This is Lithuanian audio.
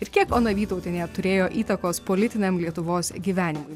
ir kiek ona vytautinėje turėjo įtakos politiniam lietuvos gyvenimui